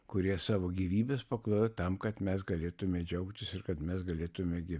kurie savo gyvybes paklojo tam kad mes galėtume džiaugtis ir kad mes galėtume gi